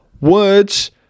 Words